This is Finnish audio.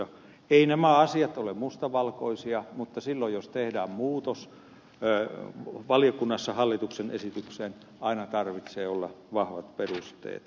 eivät nämä asiat ole mustavalkoisia mutta silloin jos tehdään muutos valiokunnassa hallituksen esitykseen aina tarvitsee olla vahvat perusteet